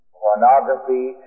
pornography